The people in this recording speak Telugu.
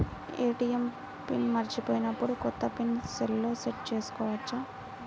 ఏ.టీ.ఎం పిన్ మరచిపోయినప్పుడు, కొత్త పిన్ సెల్లో సెట్ చేసుకోవచ్చా?